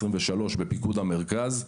בפיקוד המרכז,